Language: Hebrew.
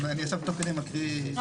אני תוך כדי מקריא.